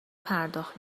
پرداخت